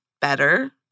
better